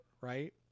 right